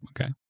Okay